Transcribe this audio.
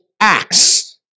Acts